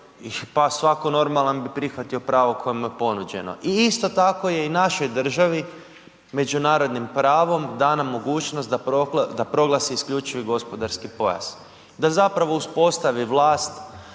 pa svatko normalan bi prihvatio pravo koje mu je ponuđeno i isto tako je i našoj državi međunarodnim pravom dana mogućnost da proglasi isključivi gospodarski pojas, da zapravo uspostavi vlast